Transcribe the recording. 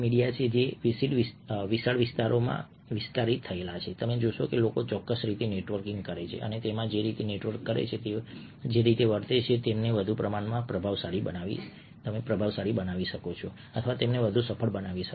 આ એક વિશાળ વિસ્તરતો વિસ્તાર છે જ્યાં તમે જોશો કે લોકો ચોક્કસ રીતે નેટવર્ક કરે છે અને તેઓ જે રીતે નેટવર્ક કરે છે તેઓ જે રીતે વર્તે છે તે તેમને વધુ પ્રભાવશાળી બનાવી શકે છે અથવા તેમને વધુ સફળ બનાવી શકે છે